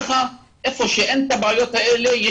איפה שאין את הבעיות האלה,